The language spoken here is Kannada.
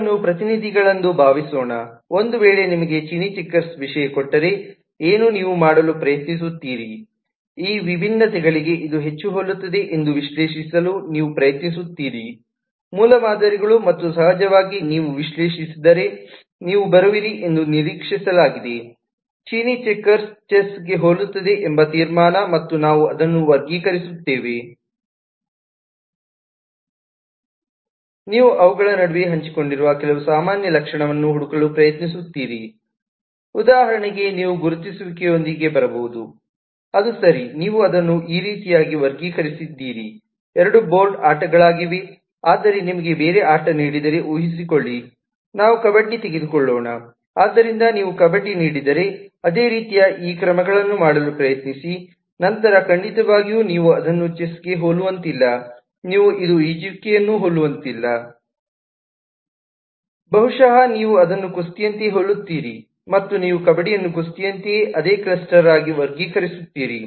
ಇವುಗಳು ಪ್ರತಿನಿಧಿಗಳೆಂದು ಭಾವಿಸೋಣ ಒಂದು ವೇಳೆ ನಿಮಗೆ ಚೀನೀ ಚೆಕರ್ಸ್ ವಿಷಯ ಕೊಟ್ಟರೆ ಏನು ನೀವು ಮಾಡಲು ಪ್ರಯತ್ನಿಸುತ್ತೀರಿ ಈ ವಿಭಿನ್ನತೆಗಳಿಗೆ ಇದು ಹೆಚ್ಚು ಹೋಲುತ್ತದೆ ಎಂದು ವಿಶ್ಲೇಷಿಸಲು ನೀವು ಪ್ರಯತ್ನಿಸುತ್ತೀರಿ ಮೂಲಮಾದರಿಗಳು ಮತ್ತು ಸಹಜವಾಗಿ ನೀವು ವಿಶ್ಲೇಷಿಸಿದರೆ ನೀವು ಬರುವಿರಿ ಎಂದು ನಿರೀಕ್ಷಿಸಲಾಗಿದೆ ಚೀನೀ ಚೆಕರ್ಸ್ ಚೆಸ್ಗೆ ಹೋಲುತ್ತದೆ ಎಂಬ ತೀರ್ಮಾನ ಮತ್ತು ನಾವು ಅದನ್ನು ವರ್ಗೀಕರಿಸುತ್ತೇವೆ ನೀವು ಅವುಗಳ ನಡುವೆ ಹಂಚಿಕೊಂಡಿರುವ ಕೆಲವ ಸಾಮಾನ್ಯ ಲಕ್ಷಣವನ್ನು ಹುಡುಕಲು ಪ್ರಯತ್ನಿಸುತ್ತೀರಿ ಉದಾಹರಣೆಗೆ ನೀವು ಗುರುತಿಸುವಿಕೆಯೊಂದಿಗೆ ಬರಬಹುದು ಅದು ಸರಿ ನೀವು ಅದನ್ನು ಈ ರೀತಿಯಾಗಿ ವರ್ಗೀಕರಿಸಿದ್ದೀರಿ ಎರಡೂ ಬೋರ್ಡ್ ಆಟಗಳಾಗಿವೆ ಆದರೆ ನಿಮಗೆ ಬೇರೆ ಆಟ ನೀಡಿದರೆ ಊಹಿಸಿಕೊಳ್ಳಿ ನಾವು ಕಬಡ್ಡಿ ತೆಗೆದುಕೊಳ್ಳೋಣ ಆದ್ದರಿಂದ ನೀವು ಕಬಡ್ಡಿ ನೀಡಿದರೆ ಅದೇ ರೀತಿ ಈ ಕ್ರಮಗಳನ್ನು ಮಾಡಲು ಪ್ರಯತ್ನಿಸಿ ನಂತರ ಖಂಡಿತವಾಗಿಯೂ ನೀವು ಅದನ್ನು ಚೆಸ್ಗೆ ಹೋಲುವಂತಿಲ್ಲ ನೀವು ಇದು ಈಜುವಿಕೆಯನ್ನು ಹೋಲುವಂತಿಲ್ಲ ಬಹುಶಃ ನೀವು ಅದನ್ನು ಕುಸ್ತಿಯಂತೆಯೇ ಹೋಲುತ್ತೀರಿ ಮತ್ತು ನೀವು ಕಬಡ್ಡಿಯನ್ನು ಕುಸ್ತಿಯಂತೆಯೇ ಅದೇ ಕ್ಲಸ್ಟರ್ರಾಗಿ ವರ್ಗೀಕರಿಸುತ್ತೀರಿ